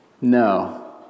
No